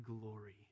glory